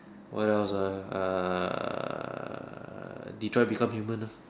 what else ah uh Detroit Become Human lah